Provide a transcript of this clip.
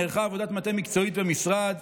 נערכה עבודת מטה מקצועית במשרד,